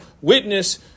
witness